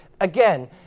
again